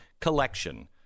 collection